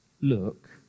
look